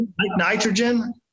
nitrogen